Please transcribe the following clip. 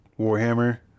warhammer